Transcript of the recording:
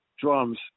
drums